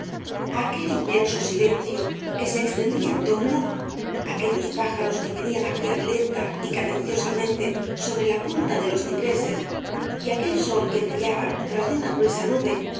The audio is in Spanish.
aquel inmenso silencio que se extendía en torno aquellos pájaros que venían á piar lenta y cadenciosamente sobre la punta de los cipreses y aquel sol que brillaba tras de una gruesa nube